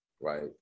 Right